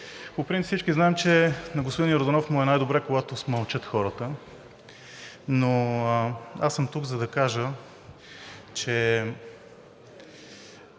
По принцип всички знаем, че на господин Йорданов му е най-добре, когато хората мълчат, но аз съм тук, за да кажа, че